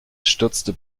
stürzte